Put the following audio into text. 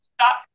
stop